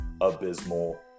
abysmal